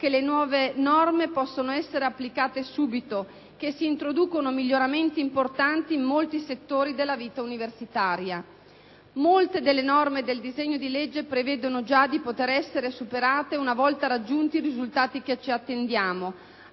che le nuove norme possono essere applicate subito, che si introducono miglioramenti importanti in molti settori della vita universitaria. Molte delle norme del disegno di legge prevedono già di poter essere superate, una volta raggiunti i risultati che ci attendiamo.